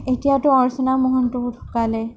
এতিয়াতো অৰ্চনা মহন্তও ঢুকালে